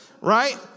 right